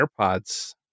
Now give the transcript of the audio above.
AirPods